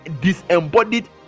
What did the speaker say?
disembodied